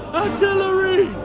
artillery!